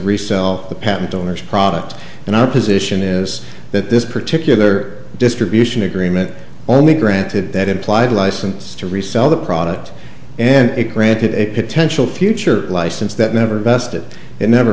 resell the patent owner's product and our position is that this particular distribution agreement only granted that implied license to resell the product and it granted a potential future license that never vested and never